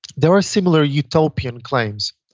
there are similar utopian claims.